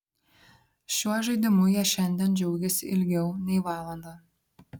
šiuo žaidimu jie šiandien džiaugėsi ilgiau nei valandą